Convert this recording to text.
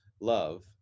love